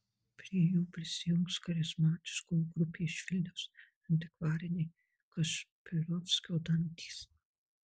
prie jų prisijungs charizmatiškoji grupė iš vilniaus antikvariniai kašpirovskio dantys